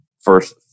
first